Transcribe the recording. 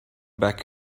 back